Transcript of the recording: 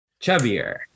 chubbier